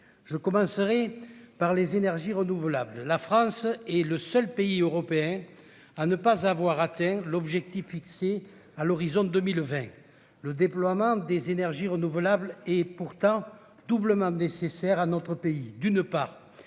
Je commencerai par les énergies renouvelables. À cet égard, la France est le seul pays européen à ne pas avoir atteint l'objectif fixé pour 2020. Le déploiement des énergies renouvelables est pourtant doublement nécessaire à notre pays, d'une part,